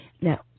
now